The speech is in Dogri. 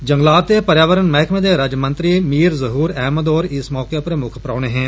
जंगलात ते पर्यावरण मैहकमे दे राज्यमंत्री मीर जहूर अहमद होर इस मौके मुक्ख परौहने हे